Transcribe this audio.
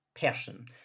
person